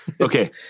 Okay